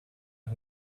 who